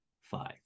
five